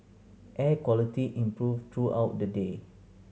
air quality improved throughout the day